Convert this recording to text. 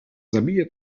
zabije